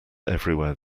everywhere